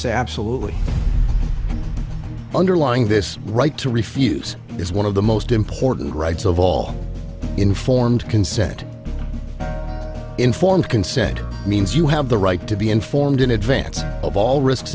say absolutely underlying this right to refuse is one of the most important rights of all informed consent informed consent means you have the right to be informed in advance of all risks